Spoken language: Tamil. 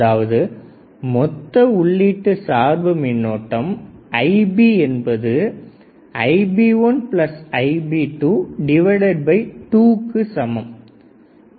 அதாவது மொத்த உள்ளிட்ட சார்பு மின்னோட்டம் Ib ஆனது Ib1Ib22 க்கு சமம்